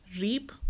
reap